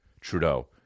Trudeau